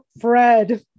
Fred